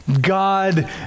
God